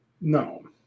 no